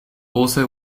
also